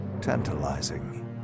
tantalizing